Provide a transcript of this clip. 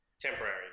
Temporary